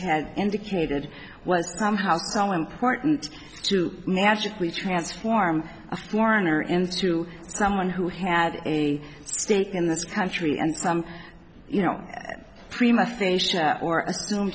had indicated was somehow so important to magically transform a foreigner into someone who had a stake in this country and some you know